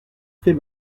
fait